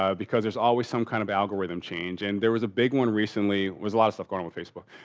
ah because there's always some kind of algorithm change. and there was a big one recently. it was a lot of stuff going on with facebook.